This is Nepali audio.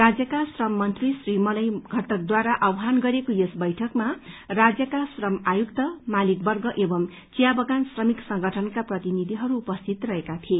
राज्यका श्रम मन्त्री श्र ीमलय घटकद्वारा आहवान गरिएको यस बैठकमा राज्यका श्रम आयुक्त मालिकर्वग एंव चियाबगान श्रमिक संगठनका प्रतिनिधिहरू उपस्थित रहेका थिए